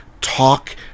talk